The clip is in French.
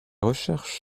recherches